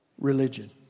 religion